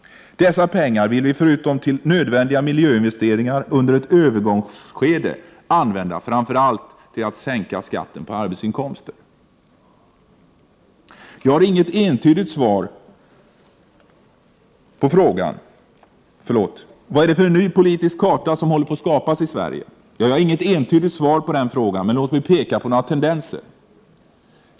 Dessa pengar vill vi, förutom till nödvändiga miljöinvesteringar, under ett övergångsskede använda framför allt till att sänka skatterna på arbetsinkomster. Vad är det för ny politisk karta som håller på att skapas i Sverige? Jag har inget entydigt svar på den frågan, men låt mig peka på några tendenser.